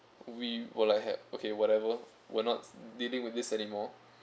we were like had okay whatever we're not dealing with this anymore